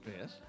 Yes